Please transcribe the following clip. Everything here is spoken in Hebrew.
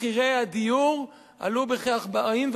מחירי הדיור עלו בכ-45%.